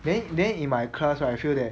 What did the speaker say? then then in my class right I feel that